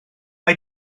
mae